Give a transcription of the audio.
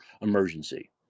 emergency